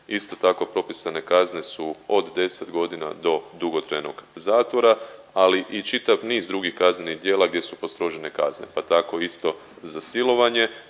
Isto tako propisane kazne su od 10 godina do dugotrajnog zatvora, ali i čitav niz drugih kaznenih djela gdje su postrožene kazne, pa tako isto za silovanje